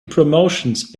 promotions